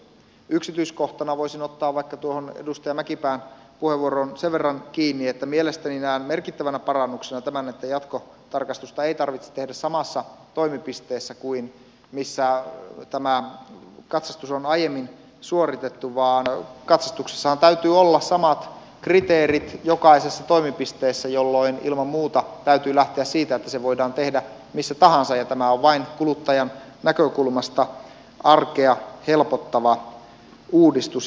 yksityiskohtana voisin ottaa vaikka tuohon edustaja mäkipään puheenvuoroon sen verran kiinni että mielestäni näen merkittävänä parannuksena tämän että jatkotarkastusta ei tarvitse tehdä samassa toimipisteessä kuin missä tämä katsastus on aiemmin suoritettu vaan katsastuksessahan täytyy olla samat kriteerit jokaisessa toimipisteessä jolloin ilman muuta täytyy lähteä siitä että se voidaan tehdä missä tahansa ja tämä on kuluttajan näkökulmasta vain arkea helpottava uudistus